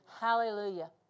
Hallelujah